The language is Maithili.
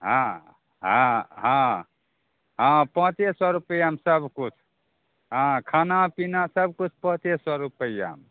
हँ हँ हँ हँ पाँचे सए रुपैआमे सब किछु हँ खाना पीना सब किछु पाँचे सए रुपैआमे